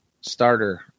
starter